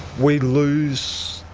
we lose,